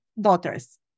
daughters